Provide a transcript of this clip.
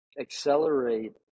accelerate